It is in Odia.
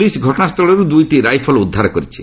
ପୁଲିସ ଘଟଣାସ୍ଥଳରୁ ଦୁଇଟି ରାଇଫଲ ଉଦ୍ଧାର କରିଛି